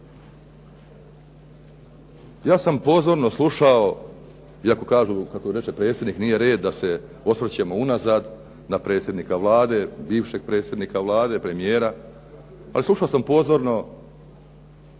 Ja sam pozorno slušao iako kažu kako reče predsjednik nije red da se osvrćemo unazad na predsjednika Vlade, bivšeg predsjednika Vlade, premijera ali slušao sam pozorno